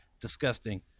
Disgusting